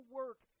work